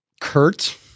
Kurt